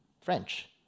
French